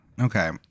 okay